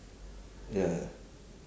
ya ya